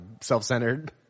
self-centered